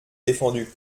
défendu